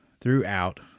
throughout